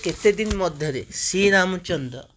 କେତେଦିନ ମଧ୍ୟରେ ଶ୍ରୀରାମଚନ୍ଦ୍ର